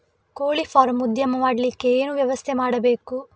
ಕೋಳಿ ಫಾರಂ ಉದ್ಯಮ ಮಾಡಲಿಕ್ಕೆ ಏನು ವ್ಯವಸ್ಥೆ ಮಾಡಬೇಕು?